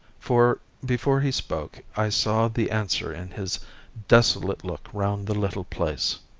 for before he spoke i saw the answer in his desolate look round the little place.